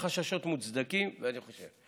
החששות מוצדקים, אני חושב.